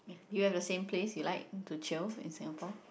yeah do you have the same place you like to chill in Singapore